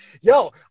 yo